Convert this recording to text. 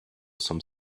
some